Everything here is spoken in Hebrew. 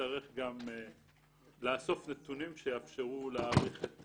נצטרך גם לאסוף נתונים שיאפשרו להעריך את